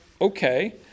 okay